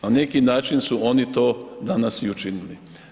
Na neki način su oni to danas i učinili.